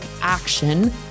action